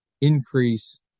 increase